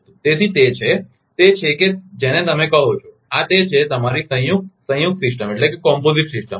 તેથી તે છે તે છે કે જેને તમે કહો છો આ તે છે તમારી સંયુક્ત સંયુક્ત સિસ્ટમ